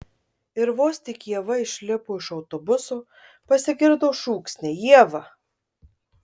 ir vos tik ieva išlipo iš autobuso pasigirdo šūksniai ieva